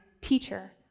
teacher